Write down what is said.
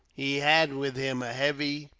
he had with him a heavy,